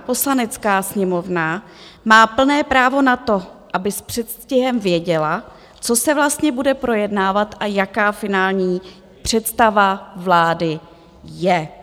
Poslanecká sněmovna má plné právo na to, aby s předstihem věděla, co se vlastně bude projednávat a jaká finální představa vlády je.